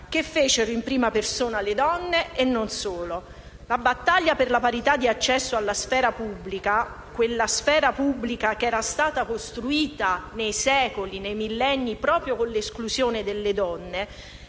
che fecero in prima persona le donne e non solo. La battaglia per la parità di accesso alla sfera pubblica, quella sfera pubblica che era stata costruita, nei secoli e nei millenni, proprio con l'esclusione delle donne,